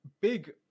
big